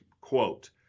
Quote